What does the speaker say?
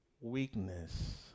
weakness